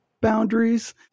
boundaries